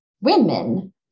women